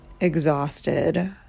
exhausted